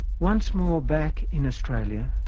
once more back in australia